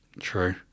True